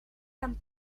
amb